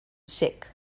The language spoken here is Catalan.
sec